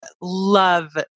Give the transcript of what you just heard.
love